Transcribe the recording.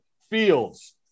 Fields